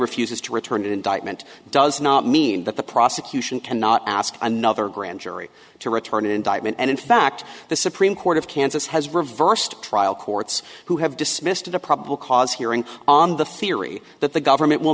refuses to return an indictment does not mean that the prosecution cannot ask another grand jury to return an indictment and in fact the supreme court of kansas has reversed trial courts who have dismissed a probable cause hearing on the theory that the government will